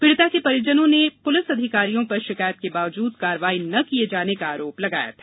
पीड़िता के परिजनों ने पुलिस अधिकारियों पर शिकायत के बावजूद कार्यवाही न किये जाने का आरोप लगाया था